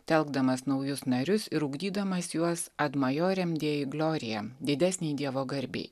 telkdamas naujus narius ir ugdydamas juos ad majoriem dei glorie didesnei dievo garbei